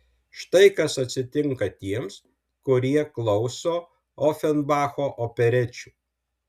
štai kas atsitinka tiems kurie klauso ofenbacho operečių